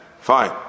fine